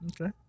Okay